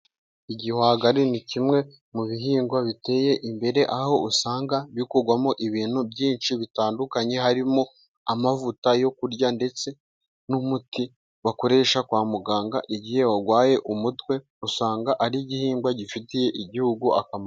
Igihwagari ni kimwe mu bihingwa biteye imbere aho usanga bikurwamo ibintu byinshi bitandukanye harimo :amavuta yo kurya ndetse n'umuti bakoresha kwa muganga igihe warwaye umutwe usanga ari igihingwa gifitiye igihugu akamaro.